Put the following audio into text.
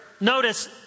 notice